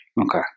Okay